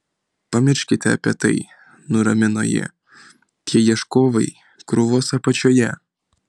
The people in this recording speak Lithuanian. pamirškite apie tai nuramino ji tie ieškovai krūvos apačioje